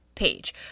page